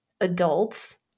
adults